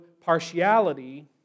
partiality